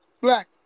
Black